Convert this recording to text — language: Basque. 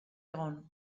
egon